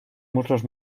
muslos